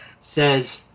says